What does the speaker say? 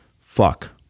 fuck